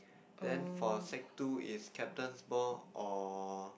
then for sec two is captain's ball or